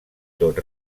tot